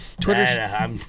Twitter